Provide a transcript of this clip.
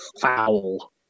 foul